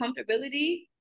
comfortability